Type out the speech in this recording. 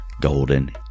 Golden